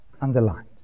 Underlined